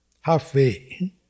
halfway